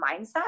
mindset